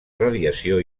radiació